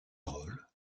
rôle